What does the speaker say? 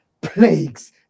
plagues